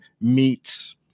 meets